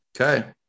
Okay